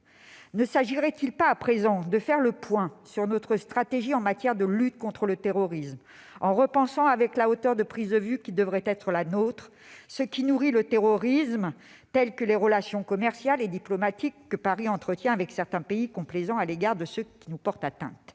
Ne s'agirait-il pas à présent de faire le point sur notre stratégie en matière de lutte contre le terrorisme ? Il faudrait repenser, avec la hauteur de vue qui devrait être la nôtre, ce qui nourrit le terrorisme comme les relations commerciales et diplomatiques que Paris entretient avec certains pays complaisants à l'égard de ceux qui nous portent atteinte.